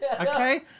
Okay